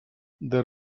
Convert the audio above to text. there